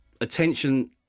attention